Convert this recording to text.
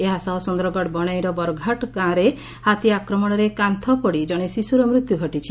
ଏହାସହ ସୁନ୍ଦରଗଡ଼ ବଶାଇର ବରଘାଟ ଗାଁରେ ହାତୀ ଆକ୍ରମଣରେ କାନୁପଡ଼ି ଜଣେ ଶିଶୁର ମୃତ୍ଧୁ ଘଟିଛି